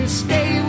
stay